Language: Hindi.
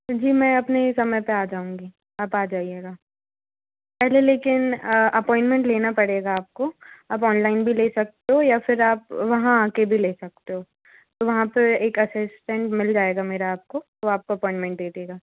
जी मैं अपने ही समय पर आ जाऊँगी आप आ जाइएगा लेकिन अपॉइनमेन्ट लेना पड़ेगा आपको आप ऑनलाइन भी ले सकते हो या फिर आप वहाँ आ कर भी ले सकते हो वहाँ पर एक असिस्टेन्ट मिल जाएगा मेरा आपको वो आपको अपॉइनमेन्ट दे देगा